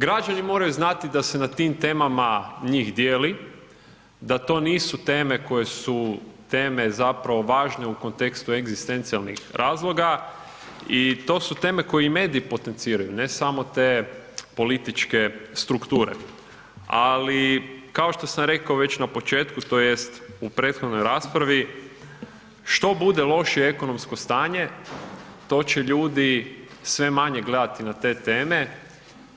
Građani moraju znati da se na tim temama njih dijeli, da to nisu teme koje su teme zapravo važno u kontekstu egzistencijalnih razloga i to su teme koje i mediji potenciraju, ne samo te političke strukture, ali kao što sam rekao već na početku tj. u prethodnoj raspravi, što bude lošije ekonomsko stanje to će ljudi sve manje gledati na te teme